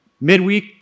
midweek